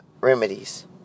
remedies